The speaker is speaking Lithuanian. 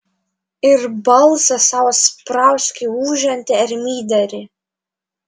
ir balsą savo sprausk į ūžiantį ermyderį